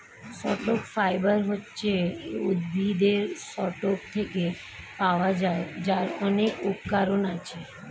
stock fibre হচ্ছে উদ্ভিদের stalk থেকে পাওয়া যায়, যার অনেক উপকরণ আছে